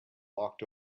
walked